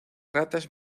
ratas